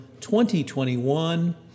2021